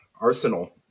Arsenal